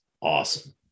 awesome